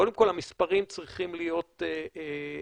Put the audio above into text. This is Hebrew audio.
קודם כול, המספרים צריכים להיות מכוילים.